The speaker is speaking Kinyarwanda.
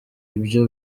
ibyo